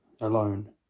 alone